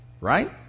right